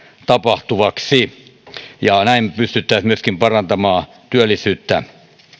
tapahtuvaksi ja näin pystyttäisiin myöskin parantamaan työllisyyttä